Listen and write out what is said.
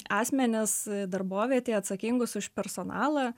asmenis darbovietėje atsakingus už personalą